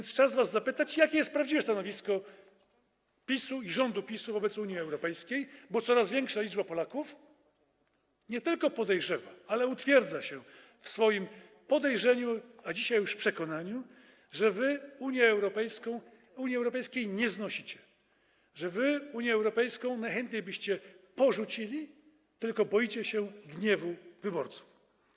Czas was zapytać, jakie jest prawdziwe stanowisko PiS-u i rządu PiS-u wobec Unii Europejskiej, bo coraz większa liczba Polaków nie tylko podejrzewa, ale utwierdza się w swoim podejrzeniu, a dzisiaj już w przekonaniu, że wy Unii Europejskiej nie znosicie, że wy Unię Europejską najchętniej porzucilibyście, tylko boicie się gniewu wyborców.